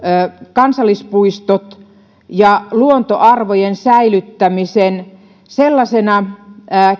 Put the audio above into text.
kansallispuistot ja luontoarvojen säilyttämisen sellaisena